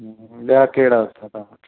ॿिया कहिड़ा अथव तव्हां वटि